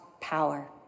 power